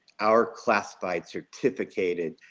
our classified, certificated,